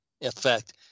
effect